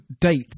date